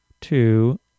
two